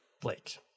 Blake